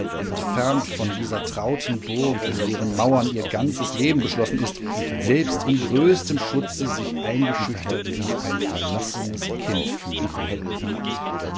entfernt von dieser trauten burg in deren mauern ihr ganzes leben beschlossen ist selbst in größtem schutze sich eingeschüchtert wie ein verlassenes kind fühlen würde